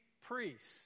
priests